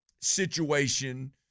situation